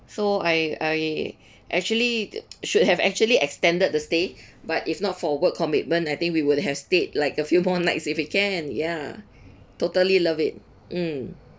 so I I actually should have actually extended the stay but if not for work commitment I think we would have stayed like a few more nights if we can ya totally love it um